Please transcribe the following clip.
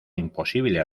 imposible